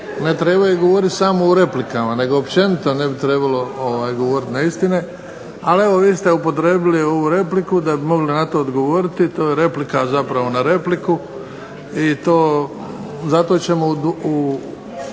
ne trebaju govoriti samo u replikama nego općenito ne bi trebalo govoriti neistine, ali eto vi ste upotrijebili ovu repliku da bi mogli na to odgovoriti to je replika na repliku i zato ćemo u